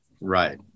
Right